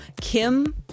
Kim